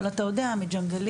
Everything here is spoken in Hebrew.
אבל אתה יודע מג'נגלים,